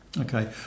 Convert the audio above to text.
Okay